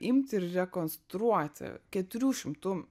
imti ir rekonstruoti keturių šimtų